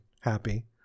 happy